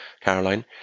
Caroline